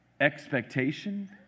expectation